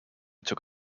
took